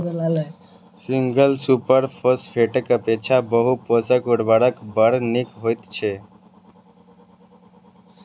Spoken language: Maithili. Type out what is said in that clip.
सिंगल सुपर फौसफेटक अपेक्षा बहु पोषक उर्वरक बड़ नीक होइत छै